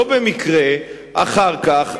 לא במקרה אחר כך,